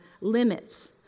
limits